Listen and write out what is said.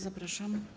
Zapraszam.